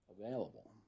available